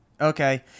Okay